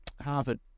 harvard